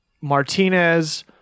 Martinez